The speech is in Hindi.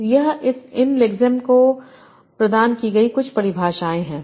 तो यह इन लेक्समेस को प्रदान की गई कुछ परिभाषाएं हैं